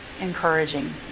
encouraging